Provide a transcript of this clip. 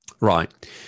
Right